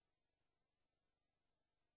חבר הכנסת